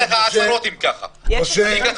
עד ------ רגע,